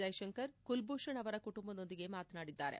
ಜೈಶಂಕರ್ ಕುಲ್ಭೂಷಣ್ ಅವರ ಕುಟುಂಬದೊಂದಿಗೆ ಮಾತನಾದಿದ್ದಾರೆ